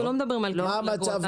אנחנו לא מדברים על כפל אגרות.